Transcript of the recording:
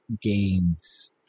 games